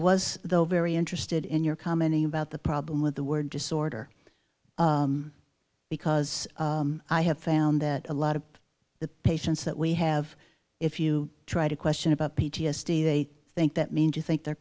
was though very interested in your comment about the problem with the word disorder because i have found that a lot of the patients that we have if you try to question about p t s d they think that means you think they're